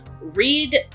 read